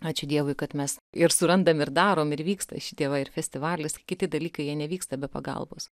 ačiū dievui kad mes ir surandam ir darom ir vyksta šitie va ir festivalis kiti dalykai jie nevyksta be pagalbos